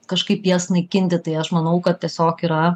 kažkaip jas naikinti tai aš manau kad tiesiog yra